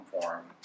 form